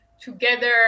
Together